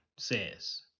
says